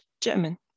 German